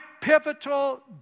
pivotal